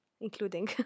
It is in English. including